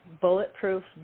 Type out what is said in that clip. bulletproof